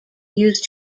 use